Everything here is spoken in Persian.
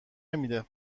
نمیده